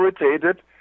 irritated